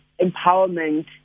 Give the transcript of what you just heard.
empowerment